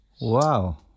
Wow